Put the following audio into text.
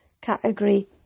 category